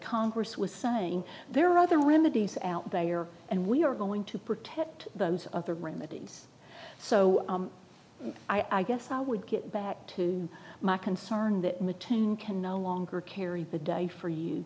congress was saying there are other remedies out there and we are going to protect those other remedies so i guess i would get back to my concern that meting can no longer carry the day for you